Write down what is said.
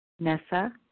Nessa